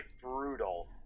brutal